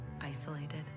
isolated